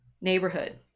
neighborhood